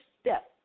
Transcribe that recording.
step